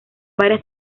varias